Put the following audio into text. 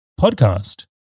podcast